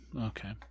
Okay